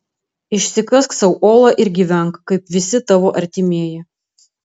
išsikask sau olą ir gyvenk kaip visi tavo artimieji